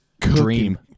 dream